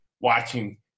watching